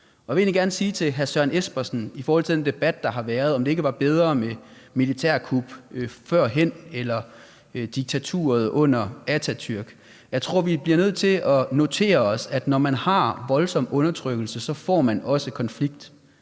jeg vil egentlig gerne sige til hr. Søren Espersen i forhold til den debat, der har været, om det ikke var bedre med militærkup førhen eller diktaturet under Atatürk. Jeg tror, at vi bliver nødt til at notere os, at når man har voldsom undertrykkelse, får man også konflikt.